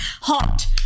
hot